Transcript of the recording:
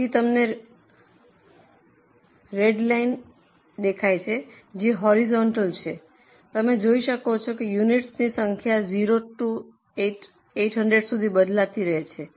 તેથી તમને red line મળી છે જે હોરિઝોન્ટલ છે તમે જોઈ શકો છો યુનિટ્સની સંખ્યા 0 થી 800 સુધી બદલાતી રહે છે